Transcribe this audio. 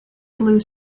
blue